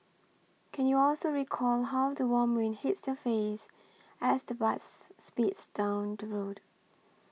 can you also recall how the warm wind hits your face as the bus speeds down the road